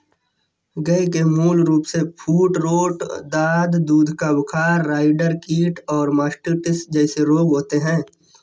गय के मूल रूपसे फूटरोट, दाद, दूध का बुखार, राईडर कीट और मास्टिटिस जेसे रोग होते हें